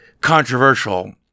controversial